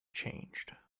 changed